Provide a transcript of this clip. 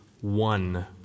one